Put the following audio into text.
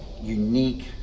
unique